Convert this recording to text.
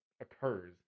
occurs